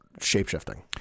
shape-shifting